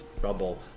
rubble